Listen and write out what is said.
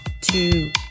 two